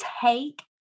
take